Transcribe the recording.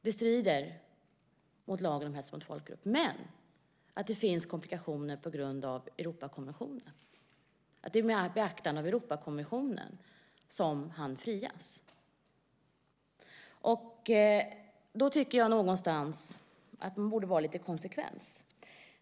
Det strider mot lagen om hets mot folkgrupp, men det finns komplikationer på grund av Europakonventionen. Det är med beaktande av Europakonventionen som han frias. Jag tycker någonstans att man borde vara lite konsekvent.